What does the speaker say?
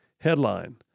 Headline